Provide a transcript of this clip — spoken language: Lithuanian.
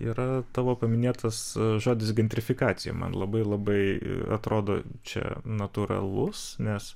yra tavo paminėtas žodis gentrifikacija man labai labai atrodo čia natūralus nes